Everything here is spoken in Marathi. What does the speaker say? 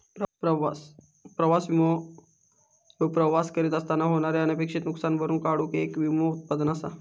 प्रवास विमो ह्यो प्रवास करीत असताना होणारे अनपेक्षित नुसकान भरून काढूक येक विमो उत्पादन असा